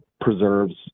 preserves